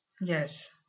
Yes